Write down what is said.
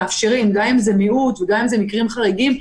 גם אם זה מיעוט וגם אם זה מקרים חריגים...